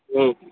ம்